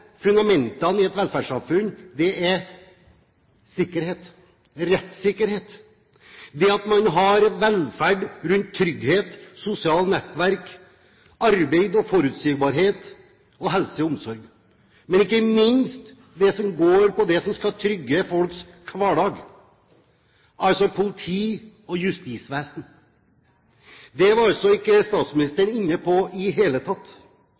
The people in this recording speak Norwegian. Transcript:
fundamentene i et velferdssamfunn sikkerhet – rettssikkerhet, det at man har trygghet rundt velferd, sosialt nettverk, arbeid og forutsigbarhet og helse og omsorg. Men ikke minst går det på å trygge folks hverdag, altså politi og justisvesen. Det var altså ikke statsministeren inne på i det hele tatt.